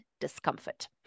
discomfort